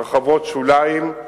הרחבות שוליים,